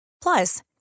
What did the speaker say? Plus